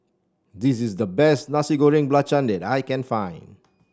this is the best Nasi Goreng Belacan that I can find